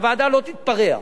הוועדה לא תתפרע.